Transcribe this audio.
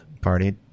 Partied